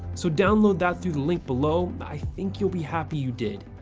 so download that through the link below, i think you'll be happy you did.